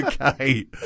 okay